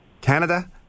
Canada